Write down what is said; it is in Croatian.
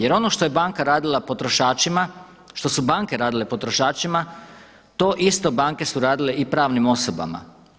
Jer ono što je banka radila potrošačima, što su banke radile potrošačima to isto banke su radile i pravnim osobama.